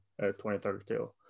2032